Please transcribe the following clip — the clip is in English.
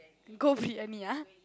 go briyani ah